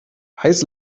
heiß